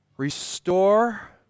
Restore